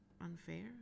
Unfair